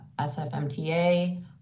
SFMTA